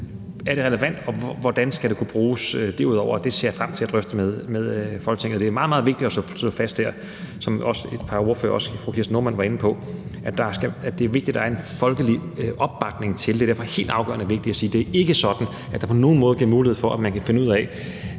Er det relevant, og hvordan skal det kunne bruges derudover? Og det ser jeg frem til at drøfte med Folketinget. Det er meget, meget vigtigt at slå fast, som også et par ordførere og fru Kirsten Normann Andersen var inde på, at der skal være en folkelig opbakning til det. Det er derfor helt afgørende vigtigt at sige, at det ikke er sådan, at der på nogen måde bliver mulighed for,